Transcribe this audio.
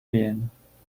gehen